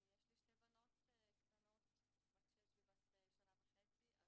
יש לי שתי בנות קטנות, בת שש ובת שנה וחצי.